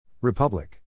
Republic